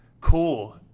cool